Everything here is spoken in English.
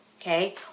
okay